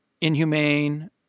inhumane